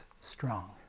strong